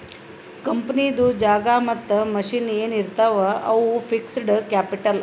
ಕಂಪನಿದು ಜಾಗಾ ಮತ್ತ ಮಷಿನ್ ಎನ್ ಇರ್ತಾವ್ ಅವು ಫಿಕ್ಸಡ್ ಕ್ಯಾಪಿಟಲ್